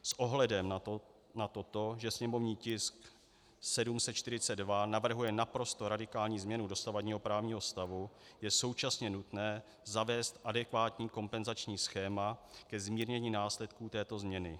S ohledem na to, že sněmovní tisk 742 navrhuje naprosto radikální změnu dosavadního právního stavu, je současně nutné zavést adekvátní kompenzační schéma ke zmírnění následků této změny.